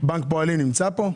בנק פועלים נמצא פה?